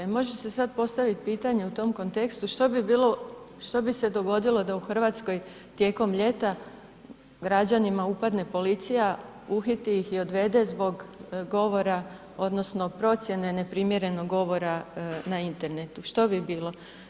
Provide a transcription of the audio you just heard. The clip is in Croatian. I može se sada postaviti pitanje u tom kontekstu što bi bilo, što bi se dogodilo da u Hrvatskoj tijekom ljeta građanima upadne policija, uhiti ih i odvede zbog govora, donosno procjene neprimjerenog govora na internetu, što bi bilo.